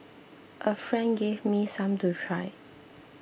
a friend gave me some to try